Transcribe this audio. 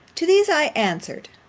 to these i answered,